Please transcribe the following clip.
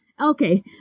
okay